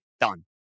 done